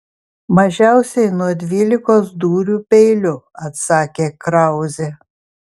mažiausiai nuo dvylikos dūrių peiliu atsakė krauzė